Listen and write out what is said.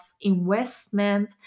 investment